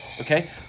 Okay